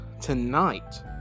tonight